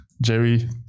Jerry